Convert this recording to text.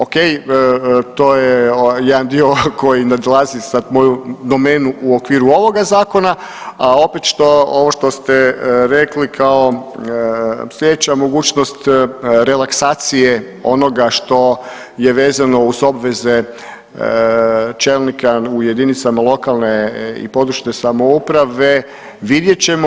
Ok, to je jedan dio koji nadilazi sad moju domenu u okviru ovoga zakona, a opet ovo što ste rekli kao sljedeća mogućnost relaksacije onoga što je vezano uz obveze čelnika u jedinicama lokalne i područne samouprave vidjet ćemo.